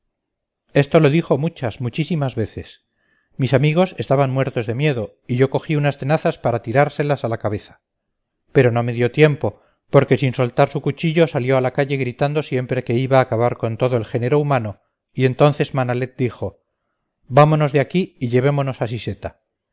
esto lo dijo muchas muchísimas veces mis amigos estaban muertos de miedo y yo cogí unas tenazas para tirárselas a la cabeza pero no me dio tiempo porque sin soltar su cuchillo salió a la calle gritando siempre que iba a acabar con todo el género humano y entonces manalet dijo vámonos de aquí y llevémonos a siseta